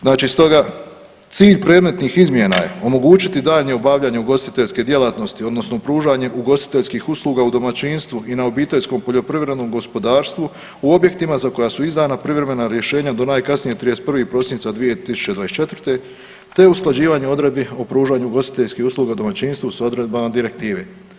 Znači stoga cilj predmetnih izmjena je omogućiti daljnje obavljanje ugostiteljske djelatnosti odnosno pružanje ugostiteljskih usluga u domaćinstvu i na obiteljskom poljoprivrednom gospodarstvu u objektima za koja su izdana privremena rješenja do najkasnije 31. prosinca 2024. te usklađivanje odredbi o pružanju ugostiteljskih usluga u domaćinstvu s odredbama direktive.